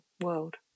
world